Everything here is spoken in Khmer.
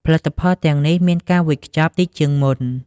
ផលិតផលទាំងនេះមានការវេចខ្ចប់តិចជាងមុន។